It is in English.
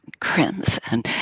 crimson